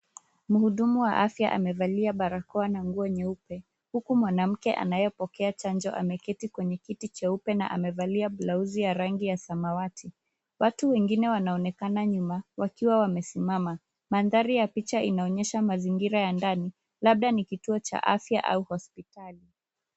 Mhudumu wa afya amevalia barakoa na nguo nyeupe, huku mwanamke anayepokea chanjo ameketi kwenye kiti cheupe na amevalia blauzi ya rangi ya samawati, watu wengine wanaonekana nyuma wakiwa wamesimama. Mandahari ya picha inaonyesha mazingira ya ndani labda ni kituo cha afya au hospitali.